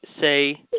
say